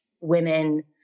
women